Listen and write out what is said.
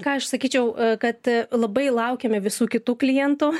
ką aš sakyčiau kad labai laukiame visų kitų klientų